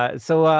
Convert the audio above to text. ah so,